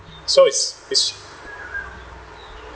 so it's it's